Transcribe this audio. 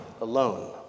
alone